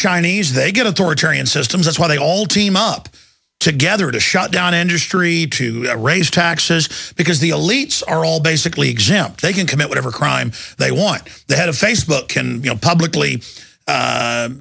chinese they get authoritarian systems that's why they all team up together to shut down industry to raise taxes because the elites are all basically exempt they can commit whatever crime they want the head of facebook can you know publicly